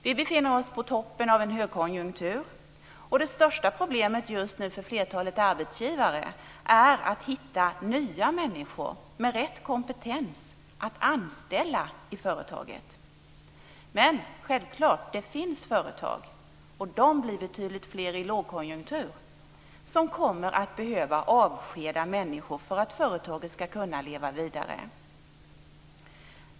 Vi befinner oss på toppen av en högkonjunktur, och det största problemet just nu för flertalet arbetsgivare är att hitta nya människor med rätt kompetens att anställa i företaget. Men det finns självklart företag, och de blir fler i en lågkonjunktur, som kommer att behöva avskeda människor för att företaget ska kunna leva vidare.